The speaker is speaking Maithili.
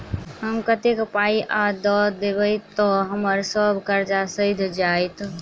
हम कतेक पाई आ दऽ देब तऽ हम्मर सब कर्जा सैध जाइत?